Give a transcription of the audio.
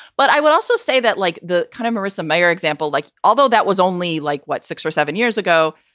but i would also say that, like the kind of marissa mayer example, like although that was only like, what, six or seven years ago.